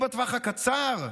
הוא בטווח הקצר,